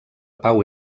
pau